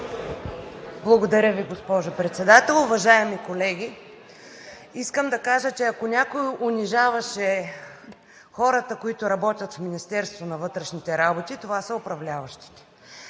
Благодаря Ви, госпожо Председател. Уважаеми колеги, искам да кажа, че ако някой унижаваше хората, които работят в Министерството на вътрешните работи, това са управляващите.